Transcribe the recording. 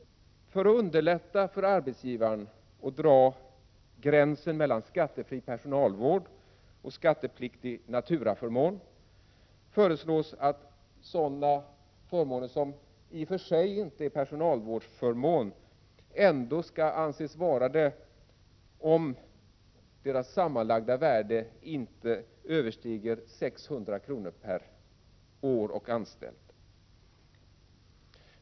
För att underlätta för arbetsgivaren att dra gränsen mellan skattefri personalvård och skattepliktig naturaförmån föreslås att sådana förmåner som i och för sig inte är personalvårdsförmåner ändå skall anses vara det om deras sammanlagda värde inte överstiger 600 kr. per år och anställd.